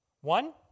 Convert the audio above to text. One